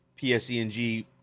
PSENG